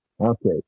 okay